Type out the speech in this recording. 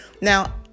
Now